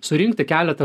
surinkti keleta